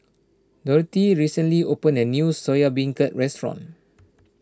Dorthey recently opened a new Soya Beancurd restaurant